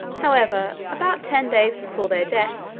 however, about ten days before their death,